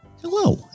Hello